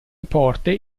porte